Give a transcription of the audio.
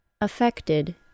affected